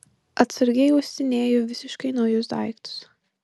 atsargiai uostinėju visiškai naujus daiktus